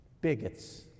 bigots